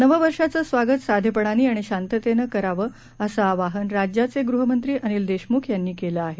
नववर्षाचं स्वागत साधेपणाने आणि शांततेनं करावं असं आवाहन राज्याचे गृहमंत्री अनिल देशमुख यांनी केलं आहे